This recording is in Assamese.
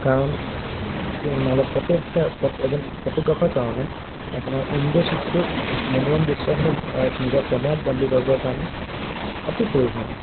কাৰণ নহ'লে ফটো এজন ফটোগ্ৰাফাৰৰ কাৰণে আপোনাৰ উইণ্ড' ছিটটোৰ মনোৰম দৃশ্যসমূহ নিজৰ কেমেৰাত বন্দী কৰিবৰ কাৰণে অতি প্ৰয়োজন